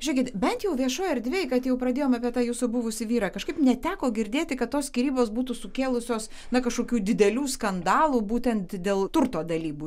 žiūrėkit bent jau viešoj erdvėj kad jau pradėjom apie tą jūsų buvusį vyrą kažkaip neteko girdėti kad tos skyrybos būtų sukėlusios na kažkokių didelių skandalų būtent dėl turto dalybų